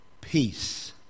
peace